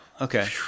okay